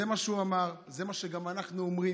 זה מה שהוא אמר, זה מה שגם אנחנו אומרים.